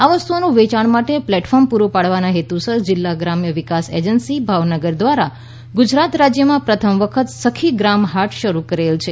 આ વસ્તુઓના વેચાણ માટે પ્લેટફોર્મ પુરૂ પાડવાના હેતુસર જિલ્લા ગ્રામ વિકાસ એજન્સી ભાવનગર દ્વારા ગુજરાત રાજ્યમાં પ્રથમ વખત સખી ગ્રામ હાટ શરૂ કરેલ છે